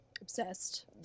obsessed